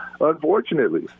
unfortunately